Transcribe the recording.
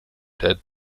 der